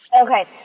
Okay